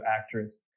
actress